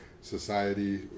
society